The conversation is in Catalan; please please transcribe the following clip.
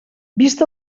vist